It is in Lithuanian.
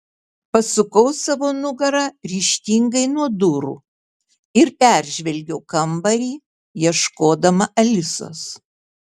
pasukau savo nugarą ryžtingai nuo durų ir peržvelgiau kambarį ieškodama alisos